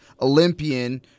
Olympian